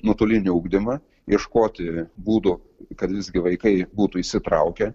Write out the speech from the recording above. nuotolinį ugdymą ieškoti būdų kad vis gi vaikai būtų įsitraukę